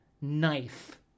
Knife